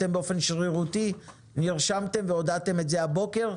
אתם באופן שרירותי נרשמתם והודעתם את זה הבוקר,